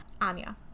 Anya